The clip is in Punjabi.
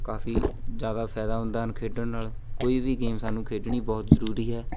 ਕਾਫੀ ਜ਼ਿਆਦਾ ਫਾਇਦਾ ਹੁੰਦਾ ਹਨ ਖੇਡਣ ਨਾਲ ਕੋਈ ਵੀ ਗੇਮ ਸਾਨੂੰ ਖੇਡਣੀ ਬਹੁਤ ਜ਼ਰੂਰੀ ਹੈ